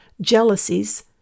jealousies